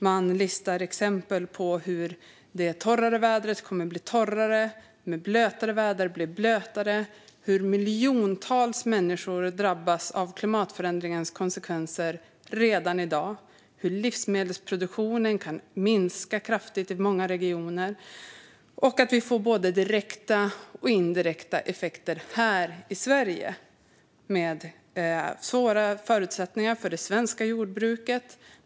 Man listar exempel på att det torrare vädret kommer att bli torrare och att det blötare vädret kommer att bli blötare, hur miljontals människor drabbas av klimatförändringens konsekvenser redan i dag och hur livsmedelsproduktionen kan komma att minska kraftigt i många regioner. Vi får både direkta och indirekta effekter här i Sverige med svåra förutsättningar för det svenska jordbruket.